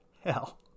hell